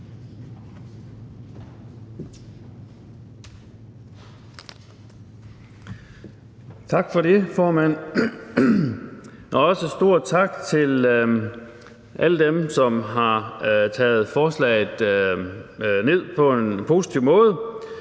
Tak for det, formand. Også stor tak til alle dem, som har taget forslaget ned på en positiv måde.